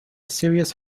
serious